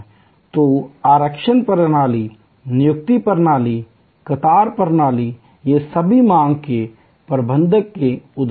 तो आरक्षण प्रणाली नियुक्ति प्रणाली कतार प्रणाली ये सभी मांग के प्रबंधन के उदाहरण हैं